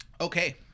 Okay